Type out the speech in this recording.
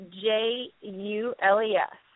J-U-L-E-S